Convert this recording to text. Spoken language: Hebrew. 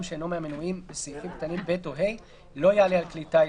שאינו מהמנויים בסעיפים קטנים (ב) או (ה) לא יעלה על כלי טיס,